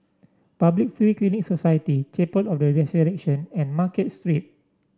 Public Free Clinic Society Chapel of The Resurrection and Market Street